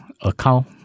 account